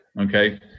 Okay